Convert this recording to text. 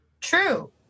true